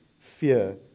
fear